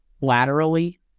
laterally